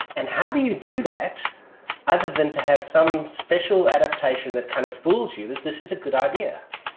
and how do you do that other than to have some special adaptation that kind of fools you that this is a good idea.